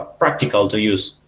ah practical to use